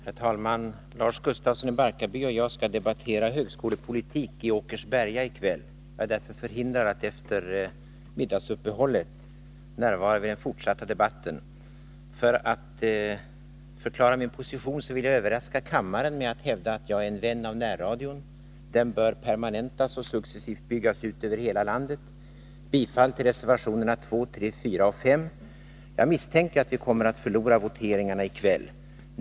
Herr talman! Lars Gustafsson och jag skall i kväll i Åkersberga debattera högskolepolitik. Jag är därför förhindrad att efter middagsuppehållet närvara vid den fortsatta debatten. För att förklara min position vill jag överraska kammaren med att hävda att jag är en vän av närradion. Den bör permanentas och successivt byggas ut över hela landet. Jag yrkar bifall till reservationerna 2, 3, 4 och 5. Jag misstänker att vi kommer att förlora voteringarna i kväll.